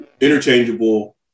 interchangeable